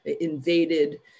invaded